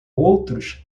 outros